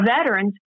veterans